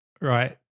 right